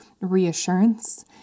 reassurance